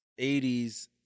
80s